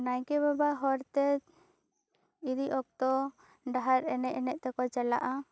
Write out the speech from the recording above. ᱱᱟᱭᱠᱮ ᱵᱟᱵᱟ ᱦᱚᱨ ᱛᱮ ᱤᱫᱤ ᱚᱠᱛᱚ ᱰᱟᱦᱟᱨ ᱮᱱᱮᱡ ᱮᱱᱮᱡ ᱛᱮᱠᱚ ᱪᱟᱞᱟᱜᱼᱟ